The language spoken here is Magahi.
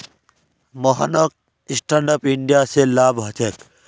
मोहनक स्टैंड अप इंडिया स लाभ ह छेक